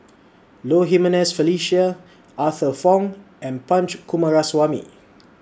Low Jimenez Felicia Arthur Fong and Punch Coomaraswamy